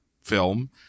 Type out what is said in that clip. film